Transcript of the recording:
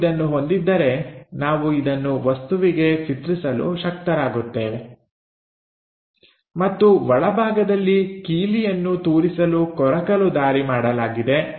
ನಾವು ಇದನ್ನು ಹೊಂದಿದ್ದರೆ ನಾವು ಇದನ್ನು ವಸ್ತುವಿಗೆ ಚಿತ್ರಿಸಲು ಶಕ್ತರಾಗುತ್ತೇವೆ ಮತ್ತು ಒಳಭಾಗದಲ್ಲಿ ಕೀಲಿಯನ್ನು ತೂರಿಸಲು ಕೊರಕಲು ದಾರಿ ಮಾಡಲಾಗಿದೆ